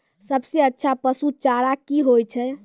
सबसे अच्छा पसु चारा की होय छै?